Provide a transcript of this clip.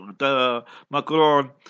Macron